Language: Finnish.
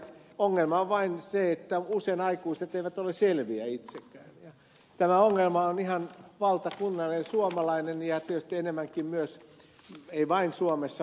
ongelma on vain se että usein aikuiset eivät ole selviä itsekään ja tämä ongelma on ihan valtakunnallinen suomalainen ja tietysti enemmänkin myös muualla ei vain suomessa